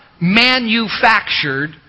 manufactured